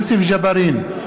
יוסף ג'בארין,